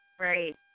right